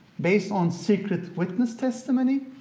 based on secret witness testimony,